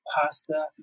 pasta